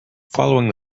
following